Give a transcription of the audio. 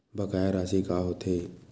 बकाया राशि का होथे?